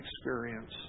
experience